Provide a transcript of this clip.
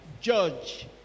judge